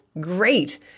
great